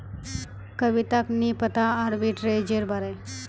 कविताक नी पता आर्बिट्रेजेर बारे